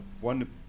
One